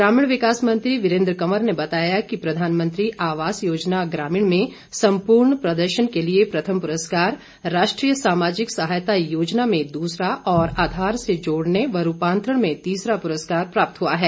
ग्रामीण विकास मंत्री वीरेन्द्र कंवर ने बताया कि प्रधानमंत्री आवास योजना ग्रामीण में संपूर्ण प्रदर्शन के लिए प्रथम पुरस्कार राष्ट्रीय सामाजिक सहायता योजना में दूसरा और आधार से जोड़ने व रूपांतरण में तीसरा पूरस्कार प्राप्त हआ है